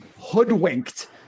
hoodwinked